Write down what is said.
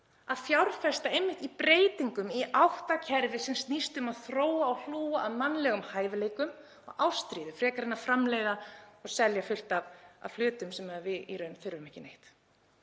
að fjárfesta í breytingum í átt að kerfi sem snýst um að þróa og hlúa að mannlegum hæfileikum og ástríðu frekar en að framleiða og selja fullt af hlutum sem við í raun þurfum ekki neitt.